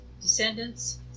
descendants